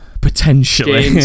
Potentially